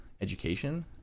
education